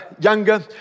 younger